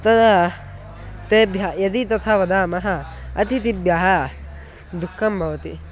तदा तेभ्यः यदि तथा वदामः अथितिभ्यः दुःखं भवति